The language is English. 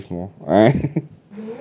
maybe you have to give more